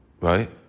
right